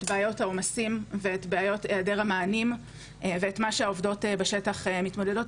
בעיות העומסים ואת בעיות היעד המענים ואת מה שהעובדות הסוציאליות מתמודדות